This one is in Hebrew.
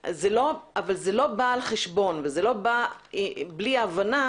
אבל זה לא בא על חשבון ולא בא בלי ההבנה